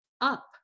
up